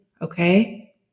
okay